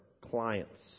clients